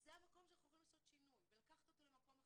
זה המקום שאנחנו יכולים לעשות שינוי ולקחת אותו למקום אחר.